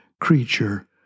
creature